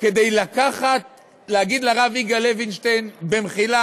כדי להגיד לרב יגאל לוינשטיין: במחילה,